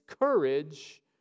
courage